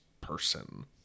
person